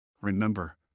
Remember